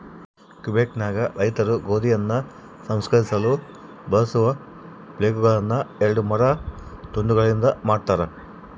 ಕ್ವಿಬೆಕ್ನಾಗ ರೈತರು ಗೋಧಿಯನ್ನು ಸಂಸ್ಕರಿಸಲು ಬಳಸುವ ಫ್ಲೇಲ್ಗಳುನ್ನ ಎರಡು ಮರದ ತುಂಡುಗಳಿಂದ ಮಾಡತಾರ